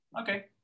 Okay